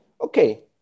okay